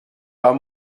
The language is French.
pas